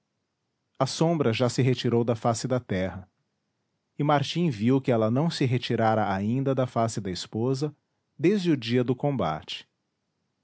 a sombra já se retirou da face da terra e martim viu que ela não se retirara ainda da face da esposa desde o dia do combate